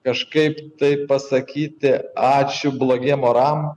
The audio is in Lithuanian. kažkaip taip pasakyti ačiū blogiem oram